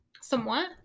Somewhat